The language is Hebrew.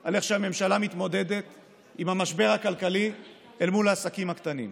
על איך שהממשלה מתמודדת עם המשבר הכלכלי אל מול העסקים הקטנים.